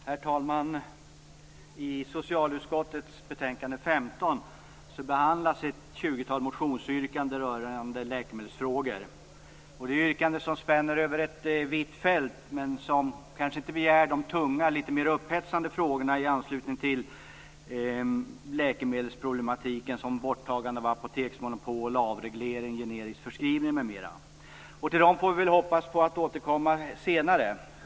Herr talman! I socialutskottets betänkande 15 behandlas ett tjugotal motionsyrkanden rörande läkemedelsfrågor. Det är yrkanden som spänner över ett vitt fält men som kanske inte berör de tunga, litet mer upphetsande frågorna i anslutning till läkemedelsproblematiken, som borttagande av apoteksmonopol, avreglering, generisk förskrivning m.m. Till dem får vi hoppas att vi kan återkomma senare.